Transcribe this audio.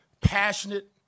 passionate